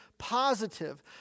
positive